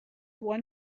one